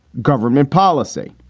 government policy.